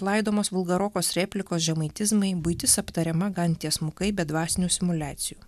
laidomos vulgarokos replikos žemaitizmai buitis aptariama gan tiesmukai be dvasinių simuliacijų